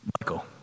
Michael